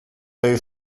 they